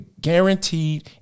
guaranteed